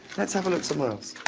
let's have a look somewhere else.